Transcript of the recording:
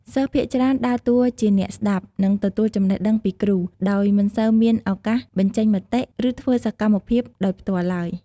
សិស្សភាគច្រើនដើរតួជាអ្នកស្តាប់ និងទទួលចំណេះដឹងពីគ្រូ ដោយមិនសូវមានឱកាសបញ្ចេញមតិ ឬធ្វើសកម្មភាពដោយផ្ទាល់ឡើយ។